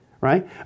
right